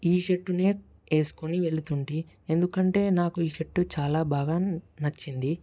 ఈ షర్టునే వేసుకోని వెలుతుంటి ఎందుకంటే నాకు ఈ షర్టు చాలా బాగా నచ్చింది